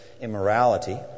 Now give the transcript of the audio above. immorality